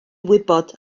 wybod